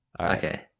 Okay